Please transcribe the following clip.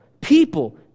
People